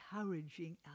encouraging